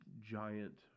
giant